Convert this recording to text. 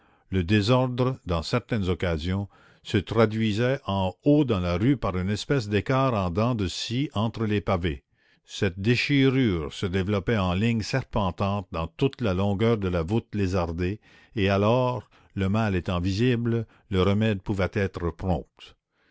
le désordre dans certaines occasions se traduisait en haut dans la rue par une espèce d'écarts en dents de scie entre les pavés cette déchirure se développait en ligne serpentante dans toute la longueur de la voûte lézardée et alors le mal étant visible le remède pouvait être